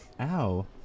Ow